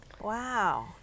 Wow